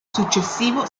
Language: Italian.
successivo